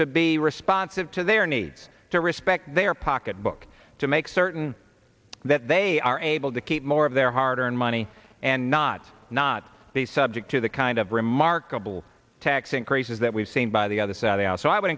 to be responsive to their needs to respect their pocketbook to make certain that they are able to keep more of their hard earned money and not not be subject to the kind of remarkable tax increases that we've seen by the other set out so i would